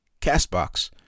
CastBox